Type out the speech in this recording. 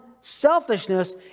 selfishness